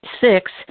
six